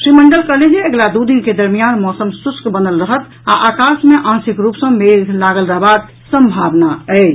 श्री मंडल कहलनि जे अगिला दू दिन के दरमियान मौसम शुष्क बनल रहत आ आकाश मे आंशिक रूप सँ मेघ लागल रहबाक सम्भावना अछि